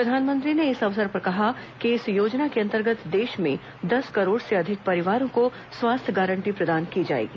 प्रधानमंत्री ने इस अवसर पर कहा कि इस योजना के अंतर्गत देश में दस करोड़ से अधिक परिवारों को स्वास्थ्य गारंटी प्रदान की जाएगी